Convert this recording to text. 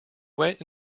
went